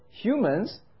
humans